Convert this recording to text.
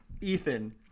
Ethan